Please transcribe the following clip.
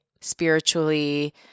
spiritually